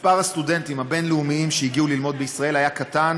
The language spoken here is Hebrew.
מספר סטודנטים הבין-לאומיים שהגיעו ללמוד בישראל היה קטן,